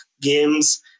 games